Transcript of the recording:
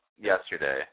yesterday